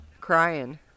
crying